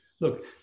Look